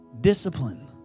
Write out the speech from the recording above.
Discipline